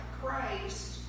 Christ